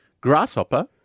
Grasshopper